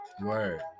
Word